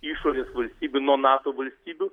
išorės valstybių nuo nato valstybių